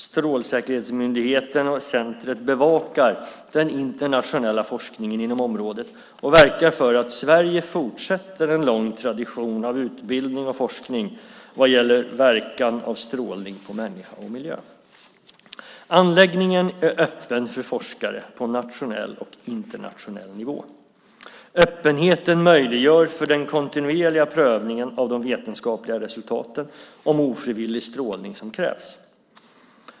Strålsäkerhetsmyndigheten och centret bevakar den internationella forskningen inom området och verkar för att Sverige fortsätter en lång tradition av utbildning och forskning vad gäller verkan av strålning på människa och miljö. Anläggningen är öppen för forskare på nationell och internationell nivå. Öppenheten möjliggör för den kontinuerliga prövning av de vetenskapliga resultaten om ofrivillig strålning som krävs.